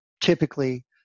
typically